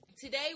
today